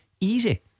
Easy